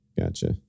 gotcha